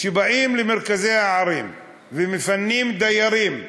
כשבאים למרכזי הערים ומפנים דיירים,